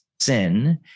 sin